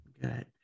Good